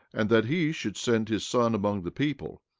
and that he should send his son among the people,